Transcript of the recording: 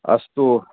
अस्तु